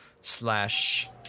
slash